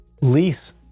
lease